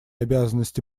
обязанности